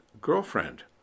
Girlfriend